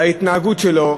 ההתנהגות שלו,